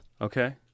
Okay